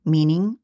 Meaning